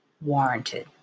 warranted